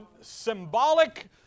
symbolic